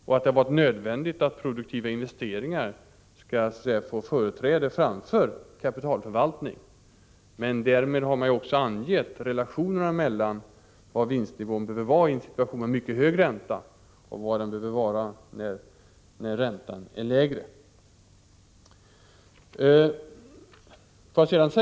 Det har varit nödvändigt att produktiva investeringar skall få företräde framför kapitalförvaltning. Därmed har man också angivit relationerna mellan vad vinstnivåerna behöver vara vid mycket höga räntor och vad de behöver vara när räntan är lägre.